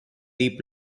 deep